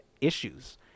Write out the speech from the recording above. issues